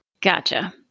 Gotcha